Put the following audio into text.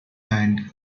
and